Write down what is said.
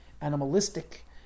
animalistic